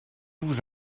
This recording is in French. vous